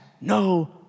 no